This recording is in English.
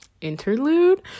interlude